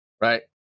Right